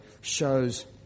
shows